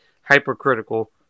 hypercritical